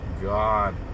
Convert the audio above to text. God